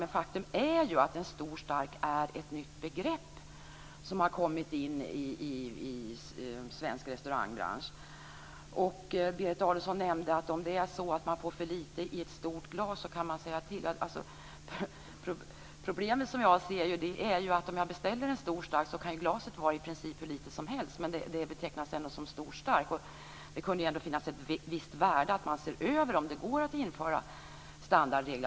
Men faktum är ju att en stor stark är ett nytt begrepp som har kommit in i svensk restaurangbransch. Berit Adolfsson nämnde att om det är så att man får för lite i ett stort glas kan man säga till. Problemet som jag ser det är att om jag beställer en stor stark kan glaset vara i princip hur litet som helst, men det betecknas ändå som en stor stark. Det kunde ändå finnas ett visst värde i att man såg över om det går att införa standardregler.